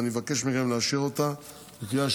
ואני מבקש מכם לאשר אותה בקריאה